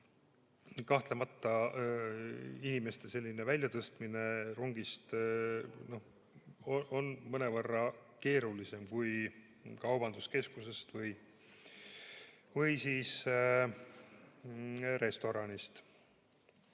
kahtlemata inimeste väljatõstmine rongist on mõnevõrra keerulisem kui kaubanduskeskusest või restoranist.